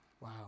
Wow